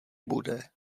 bude